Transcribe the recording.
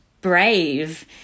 brave